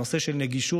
הנושא של נגישות,